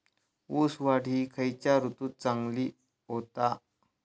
ऊस वाढ ही खयच्या ऋतूत चांगली होता?